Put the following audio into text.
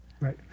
Right